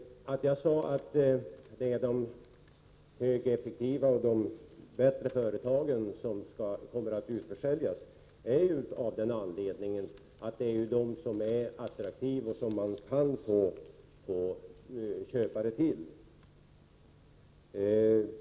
Jag sade att det är de högeffektiva och bättre statliga företagen som kommer att utförsäljas. Ja, det är ju dessa som är attraktiva och som man kan få köpare till.